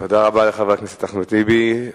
תודה רבה לחבר הכנסת אחמד טיבי.